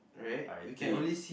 I think